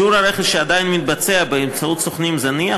שיעור הרכש שעדיין מתבצע באמצעות סוכנים זניח,